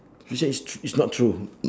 this one is tr~ is not true